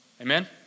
amen